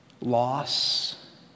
loss